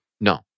No